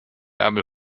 ärmel